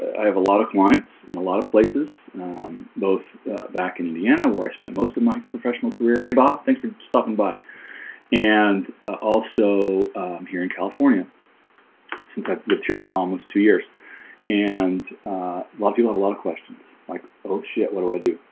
i have a lot of clients in a lot of places both back in indiana where i spent most of my professional career. hey bob. thanks for stopping by and also here in california since i've lived here now almost two years and la people have a lot of questions like oh shit. what do i do,